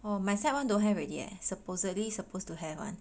orh my side [one] don't have already leh supposedly supposed to have one